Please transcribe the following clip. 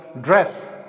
dress